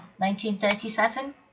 1937